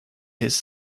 his